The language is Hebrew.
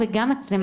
וגם להודות